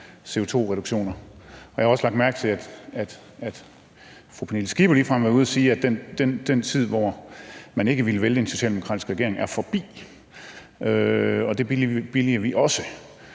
CO2-reduktioner. Og jeg har også lagt mærke til, at fru Pernille Skipper ligefrem har været ude at sige, at den tid, hvor man ikke ville vælte en socialdemokratisk regering, er forbi. Og det billiger vi også,